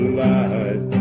light